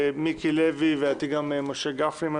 מיקי לוי ואם אני לא טועה גם חבר הכנסת משה גפני,